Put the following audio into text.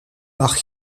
mag